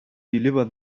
deliver